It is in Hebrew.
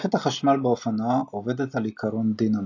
- מערכת החשמל באופנוע עובדת על עיקרון דינמו.